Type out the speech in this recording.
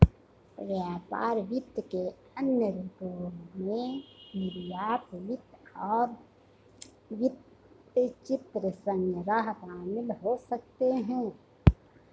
व्यापार वित्त के अन्य रूपों में निर्यात वित्त और वृत्तचित्र संग्रह शामिल हो सकते हैं